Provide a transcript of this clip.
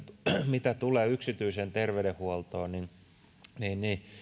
mitä tulee yksityiseen terveydenhuoltoon niin